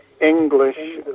English